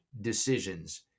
decisions